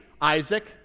Isaac